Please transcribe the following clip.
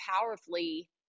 powerfully